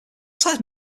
size